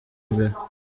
mbere